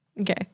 Okay